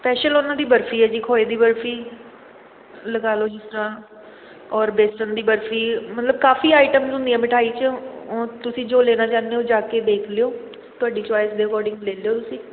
special ਉਹਨਾਂ ਦੀ ਬਰਫ਼ੀ ਹੈ ਜੀ ਖੋਏ ਦੀ ਬਰਫ਼ੀ ਲਗਾ ਲਓ ਜਿਸ ਤਰ੍ਹਾਂ ਔਰ ਬੇਸਣ ਦੀ ਬਰਫ਼ੀ ਮਤਲਬ ਕਾਫ਼ੀ ਆਈਟਮਜ਼ ਹੁੰਦੀਆਂ ਮਿਠਾਈ 'ਚ ਓਂ ਤੁਸੀਂ ਜੋ ਲੈਣਾ ਚਾਹੁੰਦੇ ਹੋ ਜਾ ਕੇ ਦੇਖ ਲਿਓ ਤੁਹਾਡੀ ਚੋਇਸ ਦੇ ਅਕੋਡਿੰਗ ਲੈ ਲਿਓ ਤੁਸੀਂ